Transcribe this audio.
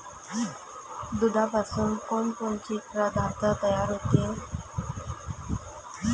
दुधापासून कोनकोनचे पदार्थ तयार होते?